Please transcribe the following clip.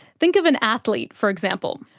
think of an athlete, for example,